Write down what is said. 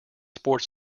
sports